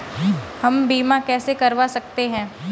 हम बीमा कैसे करवा सकते हैं?